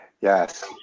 yes